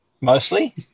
Mostly